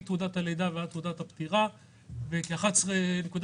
מתעודת הלידה ועד תעודה הפטירה וכן בכ-11.2